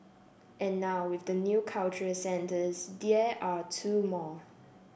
and now with the new cultural centres there are two more